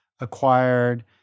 acquired